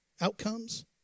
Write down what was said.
Outcomes